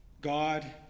God